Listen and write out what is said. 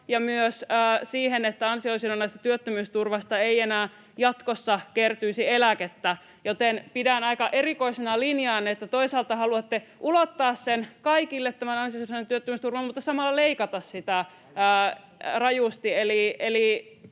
ja myös se, että ansiosidonnaisesta työttömyysturvasta ei enää jatkossa kertyisi eläkettä, joten pidän aika erikoisena linjaanne, että toisaalta haluatte ulottaa kaikille ansiosidonnaisen työttömyysturvan mutta samalla leikata sitä rajusti,